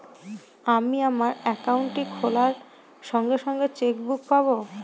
আমি আমার একাউন্টটি খোলার সঙ্গে সঙ্গে চেক বুক পাবো?